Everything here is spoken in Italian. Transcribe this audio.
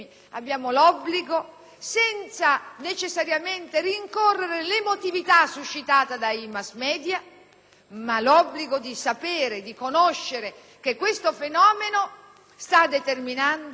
*mass media*, di sapere, di conoscere che questo fenomeno sta determinando un allarme vero, culturale e sociale, nel nostro Paese. Se noi siamo legislatori responsabili,